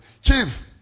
chief